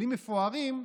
כלים מפוארים,